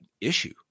issue